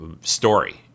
story